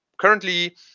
currently